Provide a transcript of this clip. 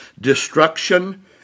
Destruction